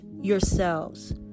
yourselves